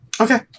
Okay